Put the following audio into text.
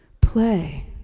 Play